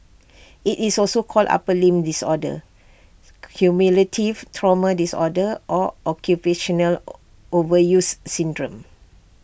IT is also called upper limb disorder cumulative trauma disorder or occupational overuse syndrome